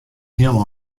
heel